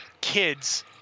kids